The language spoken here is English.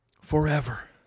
Forever